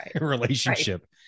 relationship